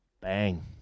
Bang